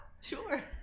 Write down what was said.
Sure